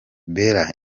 bella